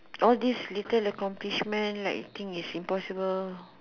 all this little accomplishment like think it's impossible